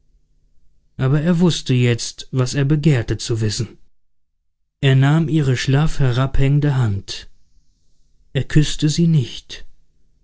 aber er wußte jetzt was er begehrte zu wissen er nahm ihre schlaff herabhängende hand er küßte sie nicht